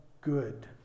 good